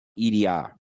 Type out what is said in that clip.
EDR